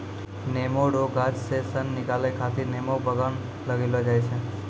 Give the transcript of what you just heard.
नेमो रो गाछ से सन निकालै खातीर नेमो बगान लगैलो जाय छै